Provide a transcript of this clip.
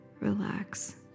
relax